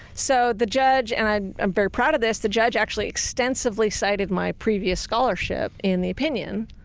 so the judge, and i'm i'm very proud of this, the judge actually extensively cited my previous scholarship in the opinion,